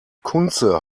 kunze